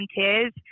Volunteers